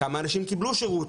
כמה אנשים קיבלו שירות?